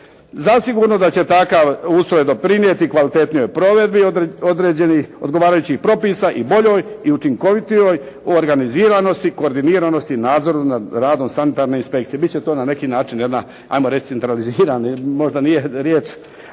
Zasigurno da će takav ustroj doprinijeti kvalitetnijoj provedbi određenih odgovarajućih propisa i boljoj i učinkovitijoj organiziranosti, koordiniranosti, nadzoru nad radom sanitarne inspekcije. Bit će to na neki način jedna ajmo reći centralizirana, možda nije riječ